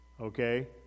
okay